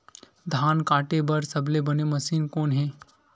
धान काटे बार सबले बने मशीन कोन हे?